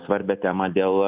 svarbią temą dėl